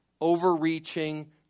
overreaching